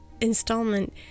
installment